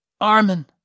Armin